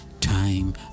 time